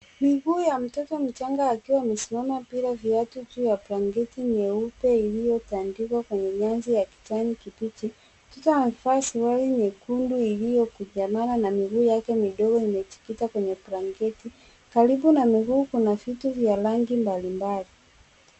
miguu ya mtoto mchanga akiwa amesimama bila viatu juu ya blanketi nyeupe iliyotandikwa kwenye nyasi ya kijani kibichi. Mtoto amevaa suruali nyekundu iliyokunjamana na miguu yake midogo imejikita kwenye blanketi. Karibu na miguu kuna vitu vya rangi mbalimbali.